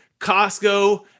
Costco